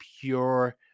pure